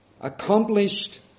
accomplished